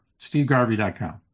SteveGarvey.com